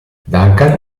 duncan